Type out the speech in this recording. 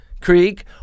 creek